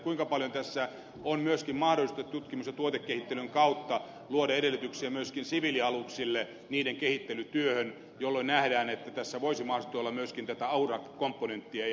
kuinka paljon tässä on mahdollista tutkimus ja tuotekehittelyn kautta luoda edellytyksiä myöskin siviilialuksien kehittelytyöhön jolloin nähdään että tässä voisi mahdollisesti olla myöskin tätä aurakomponenttia ei ainoastaan miekkaa